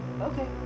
Okay